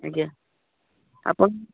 ଆଜ୍ଞା ଆପଣ